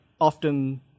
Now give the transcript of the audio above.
often